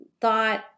thought